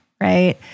right